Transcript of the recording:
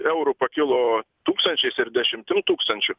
eurų pakilo tūkstančiais ir dešimtim tūkstančių